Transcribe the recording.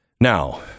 Now